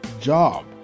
job